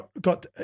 got